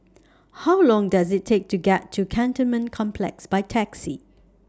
How Long Does IT Take to get to Cantonment Complex By Taxi